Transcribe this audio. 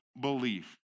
belief